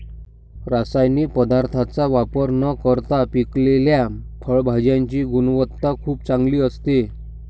रासायनिक पदार्थांचा वापर न करता पिकवलेल्या फळभाज्यांची गुणवत्ता खूप चांगली असते